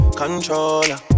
controller